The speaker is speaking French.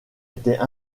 étaient